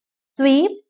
Sweep